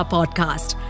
Podcast